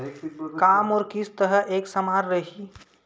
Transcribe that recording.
का मोर किस्त ह एक समान रही?